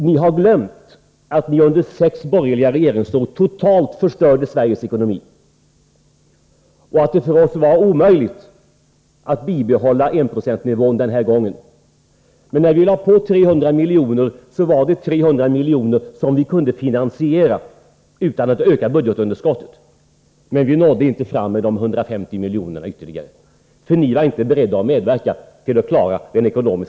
Ni har glömt att ni under sex borgerliga regeringsår totalt förstörde Sveriges ekonomi och att det var omöjligt att bibehålla enprocentsnivån den här gången. Men när vi lade på 300 miljoner, så var det 300 miljoner som vi kunde finansiera utan att öka budgetunderskottet. Men vi nådde inte fram till de ytterligare 150 miljonerna, för ni var inte beredda att medverka till att klara finansieringen.